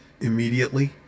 immediately